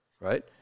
right